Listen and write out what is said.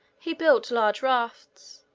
he built large rafts,